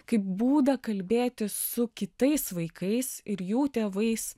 kaip būdą kalbėtis su kitais vaikais ir jų tėvais